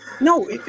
no